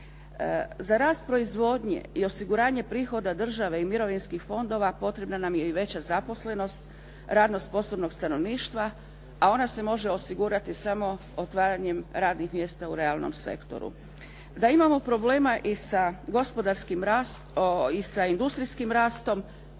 Za rast proizvodnje i osiguranje prihoda države i mirovinskih fondova potrebna nam je i veća zaposlenost radno sposobnog stanovništva a ona se može osigurati samo otvaranjem radnih mjesta u realnom sektoru. Da imamo problema i sa industrijskim rastom